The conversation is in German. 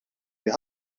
wir